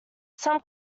some